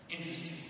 interesting